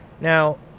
Now